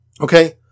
Okay